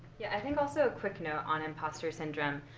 yeah, i think also, quick note on imposter syndrome,